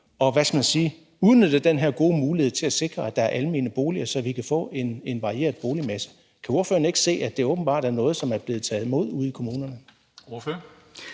og, hvad skal man sige, udnyttede den her gode mulighed til at sikre, at der er almene boliger, så vi kan få en varieret boligmasse. Kan ordføreren ikke se, at det åbenbart er noget, som er blevet taget imod ude i kommunerne?